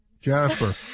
Jennifer